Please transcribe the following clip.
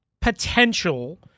potential